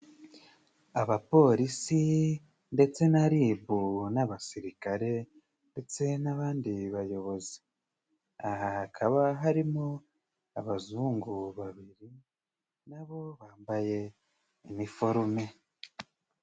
Abapolisi ndetse na ribu n'abasirikare ndetse n'abandi bayobozi, aha hakaba harimo abazungu babiri nabo bambaye iniforume.